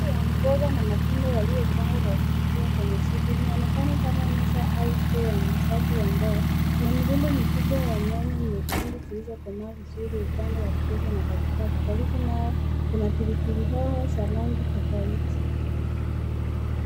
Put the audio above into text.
Rundo ya mboga na matunda yaliyo pangwa kwa kuvutia kwenye soko. Inaonekana kama meza au stall lenye uuzaji wa ndoo na miramba mikubwa ya nyanya nyekundu zilizo komaa vizuri upande wa kushoto na katikati, karibu nao kuna pilipili hoho za rangi tofauti.